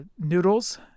noodles